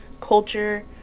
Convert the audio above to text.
culture